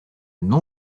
nom